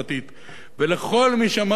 ולכל מי שאמר פה קודם